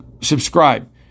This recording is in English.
subscribe